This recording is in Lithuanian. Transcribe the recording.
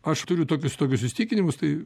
aš turiu tokius tokius įsitikinimus tai